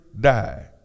die